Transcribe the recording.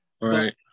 Right